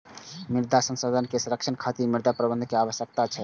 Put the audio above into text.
मृदा संसाधन के संरक्षण खातिर मृदा प्रबंधन के आवश्यकता छै